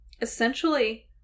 essentially